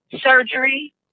surgery